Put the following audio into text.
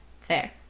Fair